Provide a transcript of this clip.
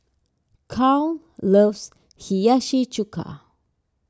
Charle loves Hiyashi Chuka